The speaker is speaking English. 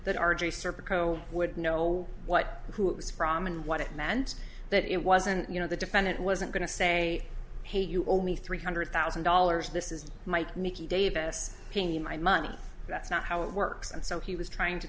serpico would know what who it was from and what it meant that it wasn't you know the defendant wasn't going to say hey you owe me three hundred thousand dollars this is my nicky davis paying my money that's not how it works and so he was trying to